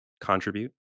contribute